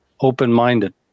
open-minded